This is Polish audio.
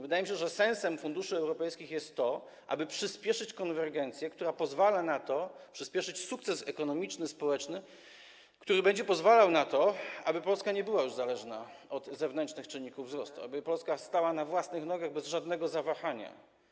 Wydaje mi się, że sensem funduszy europejskich jest to, aby przyspieszyć konwergencję, przyspieszyć sukces ekonomiczny, społeczny, które będą pozwalały na to, aby Polska nie była już zależna od zewnętrznych czynników wzrostu, aby Polska stała na własnych nogach, bez żadnego zawahania.